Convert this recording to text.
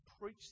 preach